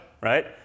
right